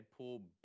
Deadpool